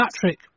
Patrick